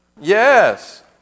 Yes